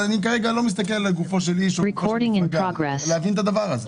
אני כרגע לא מסתכל לגופו של איש אלא להבין את הדבר הזה.